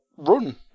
run